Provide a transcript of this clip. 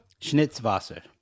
Schnitzwasser